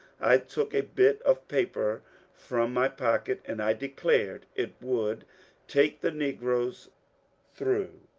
i took a bit of paper from my pocket, and i declared it would take the negroes through